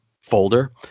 folder